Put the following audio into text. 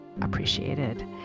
appreciated